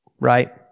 Right